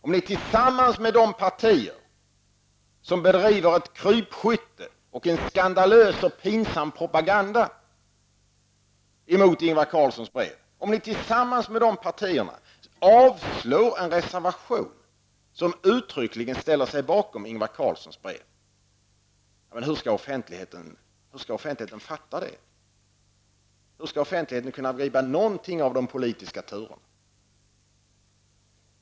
Om ni tillsammans med de partier som bedriver ett krypskytte och en skandalös och pinsam propaganda mot Ingvar Carlssons brev avslår en reservation som uttryckligen ställer sig bakom brevet, hur skall offentligheten kunna förstå det? Hur skall offentligen kunna begripa något av de politiska turerna?